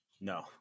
No